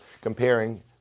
comparing